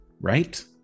right